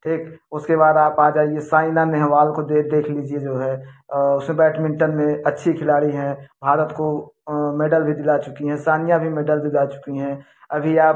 ठीक उसके बाद आप आ जाइए साइना नेहवाल को देख देख लीजिए जो है उसमें बैटमिन्टन में अच्छी खिलाड़ी हैं भारत को मैडल भी दिला चुकी हैं सानिया भी मैडल दिला चुकी हैं अभी आप